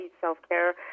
self-care